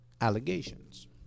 allegations